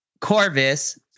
Corvus